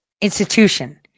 institution